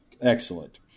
Excellent